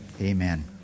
Amen